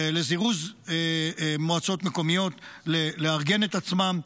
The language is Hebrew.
לזירוז מועצות מקומיות לארגן את עצמן.